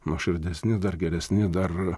nuoširdesni dar geresni dar